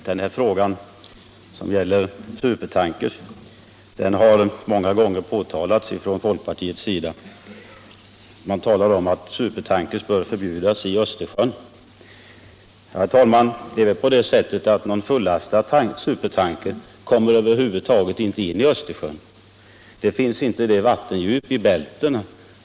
Herr talman! Frågan om supertankers har många gånger tagits upp från folkpartiets sida — man säger att supertankers bör förbjudas i Östersjön. Förhållandet är emellertid det att något fullastat supertankfartyg över huvud taget inte kommer in i Östersjön — det finns inte tillräckligt vattendjup i Bälten.